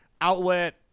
outlet